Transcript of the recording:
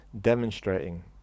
demonstrating